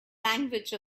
language